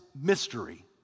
mystery